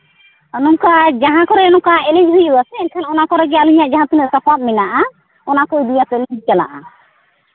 ᱟᱨ ᱱᱚᱝᱠᱟ ᱡᱟᱦᱟᱸ ᱠᱚᱨᱮᱜ ᱱᱚᱝᱠᱟ ᱮᱱᱮᱡ ᱦᱩᱭᱩᱜ ᱟᱥᱮ ᱮᱱᱠᱷᱟᱱ ᱚᱱᱟ ᱠᱚᱨᱮᱜᱮ ᱟᱹᱞᱤᱧᱟᱜ ᱡᱟᱦᱟᱸ ᱛᱤᱱᱟᱹᱜ ᱥᱟᱯᱟᱯ ᱢᱮᱱᱟᱜᱼᱟ ᱚᱱᱟ ᱠᱚ ᱤᱫᱤᱭᱟᱛᱮᱜ ᱞᱤᱧ ᱪᱟᱞᱟᱜᱼᱟ